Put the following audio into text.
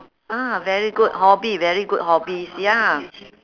ya very good hobby very good hobbies ya